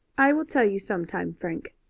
i will tell you some time, frank.